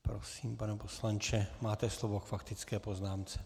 Prosím, pane poslanče, máte slovo k faktické poznámce.